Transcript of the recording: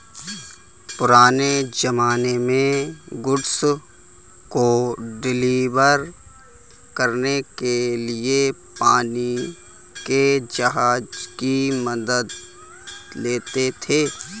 पुराने ज़माने में गुड्स को डिलीवर करने के लिए पानी के जहाज की मदद लेते थे